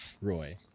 Roy